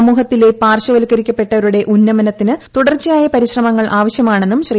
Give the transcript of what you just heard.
സമൂഹത്തിലെ പാർശ്വവൽക്കരിക്കപ്പെട്ടവരുടെ ഉന്നമനത്തിന് തുടർച്ചയായ പരിശ്രമങ്ങൾ ആവശ്യമാണെന്നും ശ്രീ